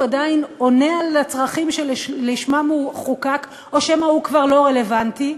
עדיין עונה על הצרכים שלשמם הוא חוקק או שמא הוא כבר לא רלוונטי,